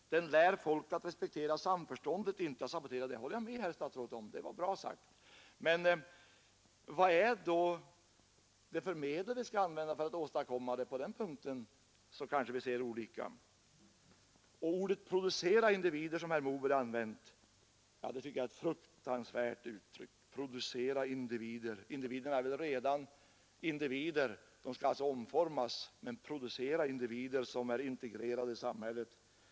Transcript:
Den lär folk att respektera samförståndet, inte att sabotera det.” — Det håller jag med herr statsrådet om. Det var bra sagt. Men vad är det för medel vi skall använda för att åstadkomma detta? På den punkten kanske vi ser olika. Orden ”producera individer” som herr Moberg har använt är ett fruktansvärt uttryck! Individerna är redan individer; de skall alltså omformas, men man bör inte säga att man skall producera individer som är integrerade i samhället.